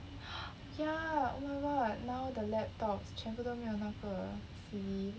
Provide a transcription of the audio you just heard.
oh ya oh my god now the laptops 全部都没有那个 C_D